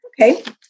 Okay